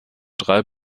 drei